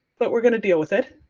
but we are going to deal with it.